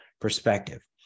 perspective